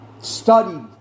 studied